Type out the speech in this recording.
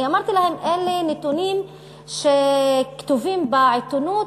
אני אמרתי להם: אלה נתונים שכתובים בעיתונים,